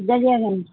Darya Ganj